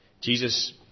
Jesus